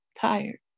tired